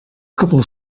couple